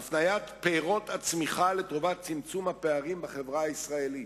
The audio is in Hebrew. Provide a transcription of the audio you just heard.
הפניית פירות הצמיחה לטובת צמצום הפערים בחברה הישראלית.